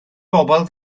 bobol